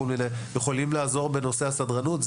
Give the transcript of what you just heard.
יכולים לעזור בנושא הסדרנות.